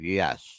yes